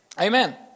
Amen